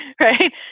Right